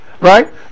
Right